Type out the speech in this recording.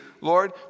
Lord